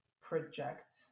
project